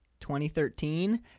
2013